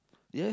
ya